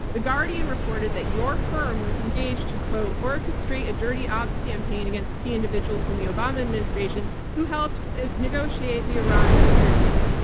the guardian reported that your firm was engaged to orchestrate a dirty ops campaign against key individuals from the obama administration who helped negotiate the iran nuclear deal.